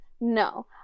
No